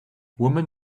woman